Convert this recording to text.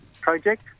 project